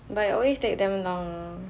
but it always take damn long ah